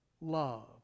Love